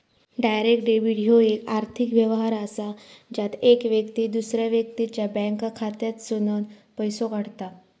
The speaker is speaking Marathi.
डायरेक्ट डेबिट ह्यो येक आर्थिक व्यवहार असा ज्यात येक व्यक्ती दुसऱ्या व्यक्तीच्या बँक खात्यातसूनन पैसो काढता